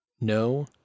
no